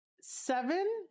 seven